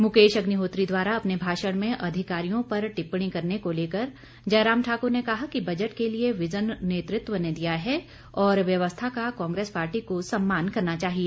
मुकेश अग्निहोत्री द्वारा अपने भाषण में अधिकारियों पर टिप्पणी करने को लेकर जयराम ठाकुर ने कहा कि बजट के लिए विजन नेतृत्व ने दिया है और व्यवस्था का कांग्रेस पार्टी को सम्मान करना चाहिए